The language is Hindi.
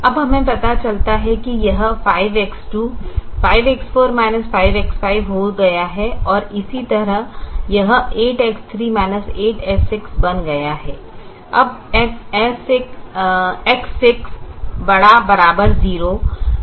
अब हमें पता चलता है कि यह 5X2 5X4 5X5 हो गया है और इसी तरह यह 8X3 8X6 बन गया है अब X6 ≥ 0 X4 X5 भी ≥ 0 है